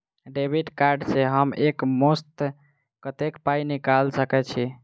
Debit card सँ हम एक मुस्त कत्तेक पाई निकाल सकय छी?